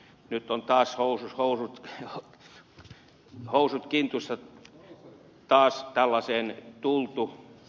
nyt on taas housut kintuissa tällaiseen on taas tultu